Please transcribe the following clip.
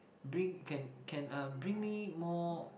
bring can can uh bring me more